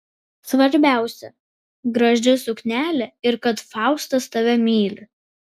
svarbiausia graži suknelė ir kad faustas tave myli